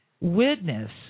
witness